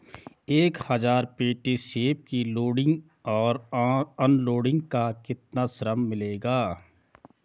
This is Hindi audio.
एक हज़ार पेटी सेब की लोडिंग और अनलोडिंग का कितना श्रम मिलेगा?